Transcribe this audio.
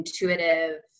intuitive